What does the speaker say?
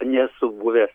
nesu buvęs